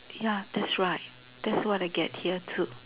ya that's right that's what I get here too